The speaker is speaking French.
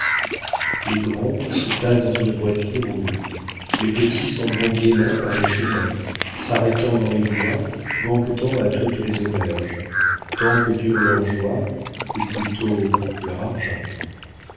les grands se tassent dans une boîte qui roule les petits s'en vont gaiement par les chemins s'arrêtant dans les bois banquetant à toutes les auberges tant que dure leur joie ou plutôt leur argent